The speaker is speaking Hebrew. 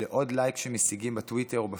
שלעוד לייק שמשיגים בטוויטר או בפייסבוק,